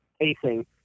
pacing